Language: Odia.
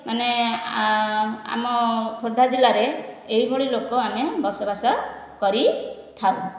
ମାନେ ଆମ ଖୋର୍ଦ୍ଧା ଜିଲ୍ଲାରେ ଏହିଭଳି ଲୋକ ଆମେ ବସବାସ କରିଥାଉ